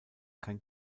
kein